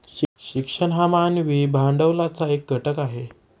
शिक्षण हा मानवी भांडवलाचा एक घटक आहे